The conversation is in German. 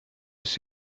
ist